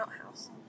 outhouse